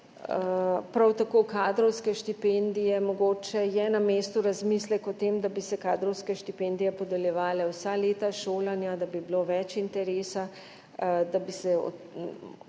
Prav tako kadrovske štipendije – mogoče je na mestu razmislek o tem, da bi se kadrovske štipendije podeljevale vsa leta šolanja, da bi bilo več interesa, da bi se